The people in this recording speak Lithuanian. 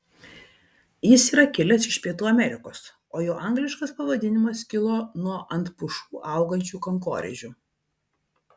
jis yra kilęs iš pietų amerikos o jo angliškas pavadinimas kilo nuo ant pušų augančių kankorėžių